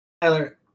Tyler